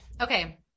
Okay